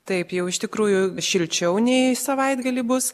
taip jau iš tikrųjų šilčiau nei savaitgalį bus